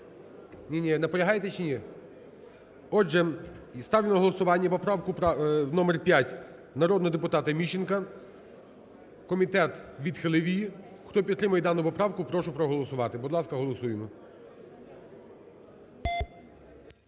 Сергій? Наполягаєте чи ні? Отже, ставлю на голосування поправку номер 5 народного депутата Міщенка. Комітет відхилив її. Хто підтримує дану поправку, прошу проголосувати. Будь ласка, голосуємо.